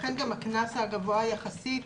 לכן גם הקנס הגבוה יחסית,